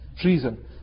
treason